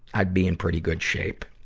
i'd be in pretty good shape.